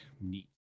Neat